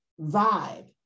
vibe